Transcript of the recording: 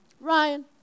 Ryan